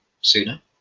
sooner